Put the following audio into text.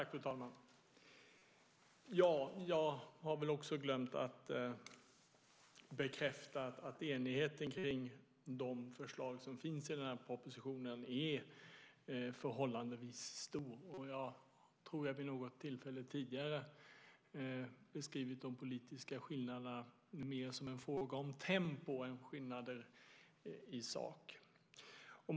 Fru talman! Jag har väl också glömt att bekräfta att enigheten kring de förslag som finns i den här propositionen är förhållandevis stor. Jag tror att jag vid något tillfälle tidigare beskrivit de politiska skillnaderna mer som en fråga om tempo än skillnader i sak.